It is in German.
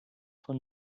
von